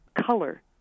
color